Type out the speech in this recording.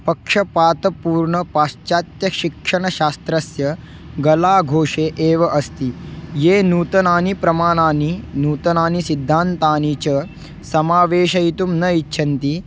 पक्षपातपूर्णपाश्चात्यशिक्षणशास्त्रस्य गलाघोषे एव अस्ति ये नूतनानि प्रमाणानि नूतनानि सिद्धान्तानि च समावेशयितुं न इच्छन्ति